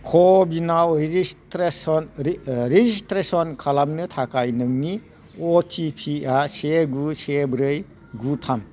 कविनाव registration ओरै registration खालामनो थाखाय नोंनि अटिपिआ से गु से ब्रै गु थाम